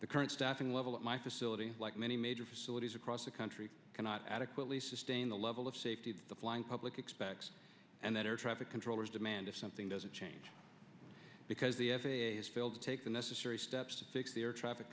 the current staffing level at my facility like many major facilities across the country cannot adequately sustain the level of safety the flying public expects and that air traffic controllers demand if something doesn't change because the f a a has failed to take the necessary steps to fix the air traffic